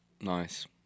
Nice